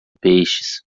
peixes